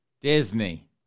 Disney